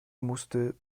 musste